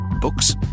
Books